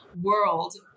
world